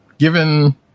given